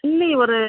கிள்ளி ஒரு